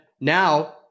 now